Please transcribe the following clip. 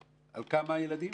על כמה ילדים?